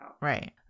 Right